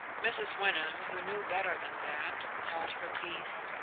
mrs. wyndham, who knew better than that, held her peace.